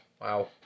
Wow